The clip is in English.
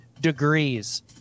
degrees